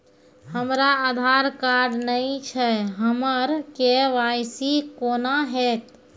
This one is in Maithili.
हमरा आधार कार्ड नई छै हमर के.वाई.सी कोना हैत?